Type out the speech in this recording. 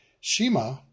Shema